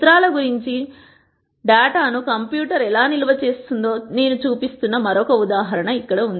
చిత్రాల గురించి డేటాను కంప్యూటర్ ఎలా నిల్వ చేస్తుందో నేను చూపిస్తున్న మరొక ఉదాహరణ ఇక్కడ ఉంది